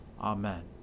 Amen